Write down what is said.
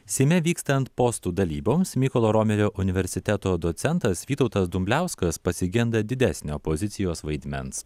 seime vykstant postų dalyboms mykolo romerio universiteto docentas vytautas dumbliauskas pasigenda didesnio opozicijos vaidmens